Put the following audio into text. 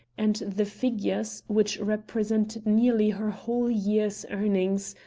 and the figures, which represented nearly her whole year's earnings,